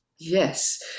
Yes